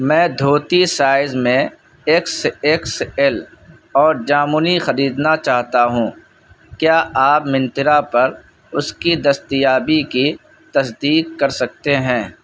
میں دھوتی سائز میں ایکس ایکس ایل اور جامنی خریدنا چاہتا ہوں کیا آپ منترا پر اس کی دستیابی کی تصدیق کر سکتے ہیں